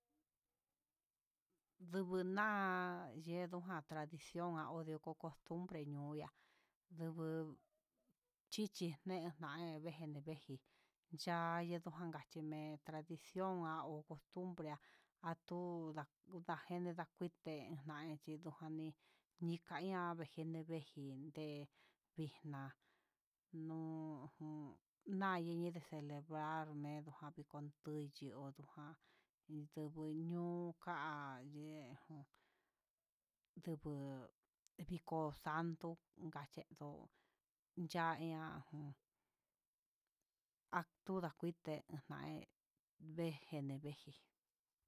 Ndubuu na'a yendu ja tradicion ho ninu costubre ihó ihá, ndu chichinejan nege neveji, ya'a ndeka xhicha kachimen, tradició ha o costumbre atu'u ndajene ndakute na'í chindoni nejai'a chine ndejuí, ndee vixna nuu ju, nani niyii celebrar ne'e yunujan indubu ñuu ka'a yee njun, ndubuu viko santo kachendo yadia ihá, atoda kuite jaihé veje nevejí.